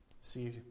See